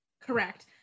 correct